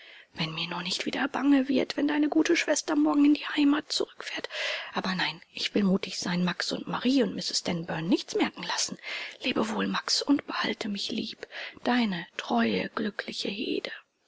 wenn mir nur nicht wieder bange wird wenn deine gute schwester morgen in die heimat zurückfährt aber nein ich will mutig sein max und marie und mrs stanburn nichts merken lassen leb wohl max und behalte mich lieb deine treue glückliche hede